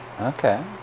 okay